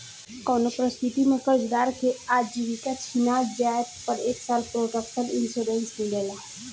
कउनो परिस्थिति में कर्जदार के आजीविका छिना जिए पर एक साल प्रोटक्शन इंश्योरेंस मिलेला